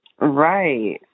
Right